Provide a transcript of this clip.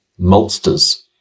maltsters